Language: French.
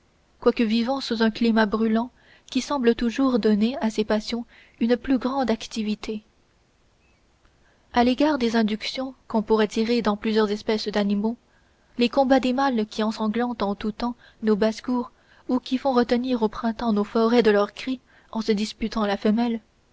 quoique vivant sous un climat brûlant qui semble toujours donner à ces passions une plus grande activité à l'égard des inductions qu'on pourrait tirer dans plusieurs espèces d'animaux des combats des mâles qui ensanglantent en tout temps nos basses-cours ou qui font retenir au printemps nos forêts de leurs cris en se disputant la femelle